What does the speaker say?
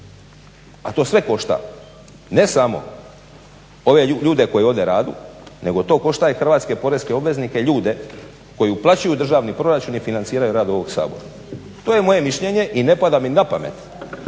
a to sve košta, ne samo ove ljude koji ovdje rade nego to košta i hrvatske poreske obveznike, ljude koji uplaćuju u državni proračun i financiraju rad ovog Sabora. To je moje mišljenje i ne pada mi na pamet